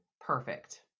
perfect